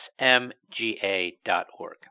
smga.org